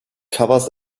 covers